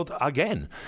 again